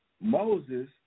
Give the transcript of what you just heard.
Moses